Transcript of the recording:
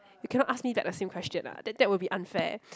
you cannot ask me back the same question ah that that will be unfair